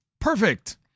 perfect